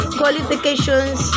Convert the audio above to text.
qualifications